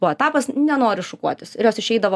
buvo etapas nenoriu šukuotis ir jos išeidavo